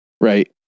right